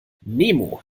nemo